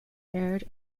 aired